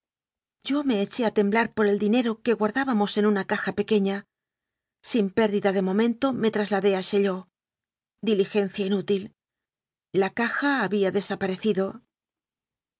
yo me eché a temblar por el di nero que guardábamos en una caja pequeña sin pérdida de momento me trasladé a chaillot dili gencia inútil la caja había desaparecido